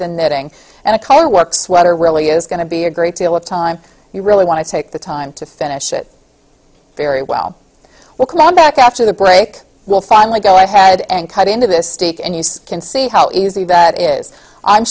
the knitting and a coworker sweater really is going to be a great deal of time you really want to take the time to finish it very well welcome back after the break we'll finally go ahead and cut into this steak and you can see how easy that is i'm